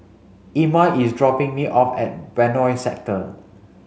Irma is dropping me off at Benoi Sector